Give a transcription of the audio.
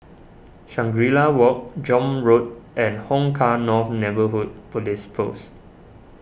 Shangri La Walk John Road and Hong Kah North Neighbourhood Police Post